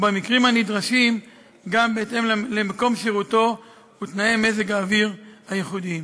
ובמקרים הנדרשים גם בהתאם למקום שירותו ותנאי מזג אוויר ייחודיים.